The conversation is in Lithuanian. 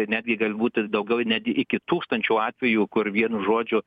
netgi galbūt ir daugiau net iki tūkstančio atvejų kur vienu žodžiu